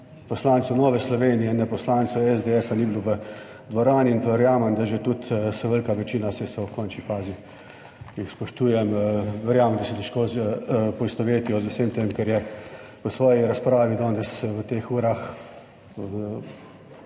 poslanci Nove Slovenije ne poslancev SDS ni bilo v dvorani in verjamem, da že tudi se velika večina, saj so v končni fazi jih spoštujem, verjamem, da se težko poistovetijo z vsem tem, kar je v svoji razpravi danes v teh urah,